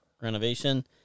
renovation